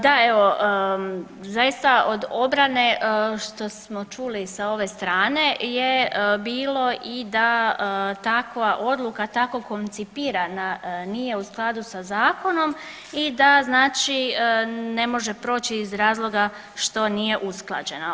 Da evo, zaista od obrane što smo čuli sa ove strane je bilo i da takva odluka, tako koncipirana nije u skladu sa zakonom i da znači ne može proći iz razloga što nije usklađena.